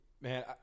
man